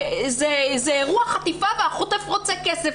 זה אירוע חטיפה והחוטף רוצה כסף,